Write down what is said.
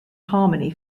harmony